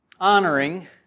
honoring